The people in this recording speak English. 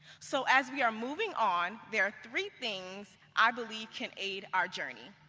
so as we are moving on, there are three things, i believe, can aid our journey.